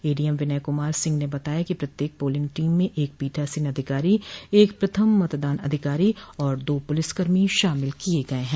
ADM Vinay Kumar Singh ने बताया कि प्रत्येक पोलिंग पार्टी में एक पीठासीन अधिकारी एक प्रथम मतदान अधिकारी और दो पुलिसकर्मी शामिल किए गए हैं